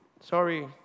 sorry